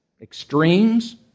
extremes